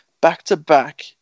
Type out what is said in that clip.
Back-to-back